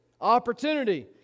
Opportunity